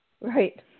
Right